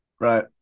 right